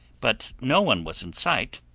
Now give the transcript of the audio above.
but no one was in sight,